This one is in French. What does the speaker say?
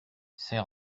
c’est